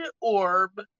orb